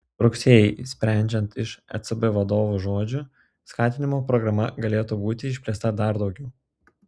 rugsėjį sprendžiant iš ecb vadovų žodžių skatinimo programa galėtų būti išplėsta dar daugiau